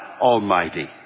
Almighty